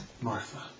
Martha